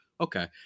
okay